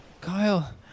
Kyle